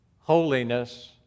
Holiness